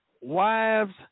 wives